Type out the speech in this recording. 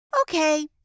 okay